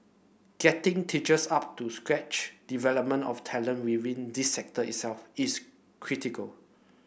getting teachers up to scratch development of talent within this sector itself is critical